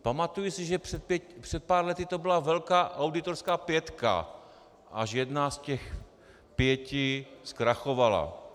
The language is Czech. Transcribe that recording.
Pamatuji si, že před pár lety to byla velká auditorská pětka, až jedna z těch pěti zkrachovala.